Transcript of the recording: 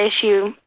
issue